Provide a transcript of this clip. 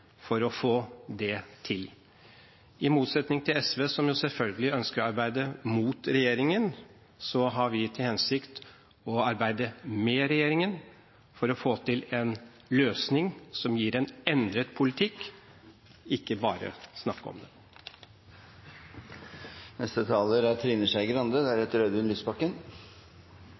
for å få det til. I motsetning til SV, som jo selvfølgelig ønsker å arbeide mot regjeringen, har vi til hensikt å arbeide med regjeringen for å få til en løsning som gir en endret politikk, og ikke bare snakke om det. Det er